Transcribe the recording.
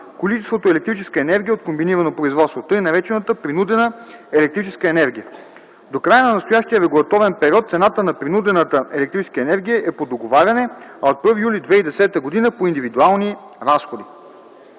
количеството електрическа енергия от комбинирано производство (т. нар. „принудена електрическа енергия”). До края на настоящия регулаторен период цената на „принудената” електрическа енергия е по договаряне, а от 1 юли 2010 г. – по индивидуални разходи.